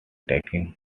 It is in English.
taking